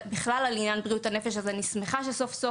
בכלל על עניין בריאות הנפש: אז אני שמחה שסוף-סוף